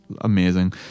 amazing